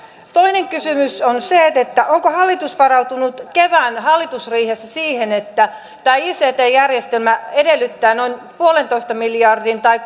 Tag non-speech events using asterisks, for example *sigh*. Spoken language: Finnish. toinen kysymys on se onko hallitus varautunut kevään hallitusriihessä siihen että tämä ict järjestelmä edellyttää noin yhden pilkku viiden miljardin tai *unintelligible*